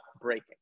breaking